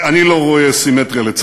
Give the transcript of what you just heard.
נא לצאת מן האולם.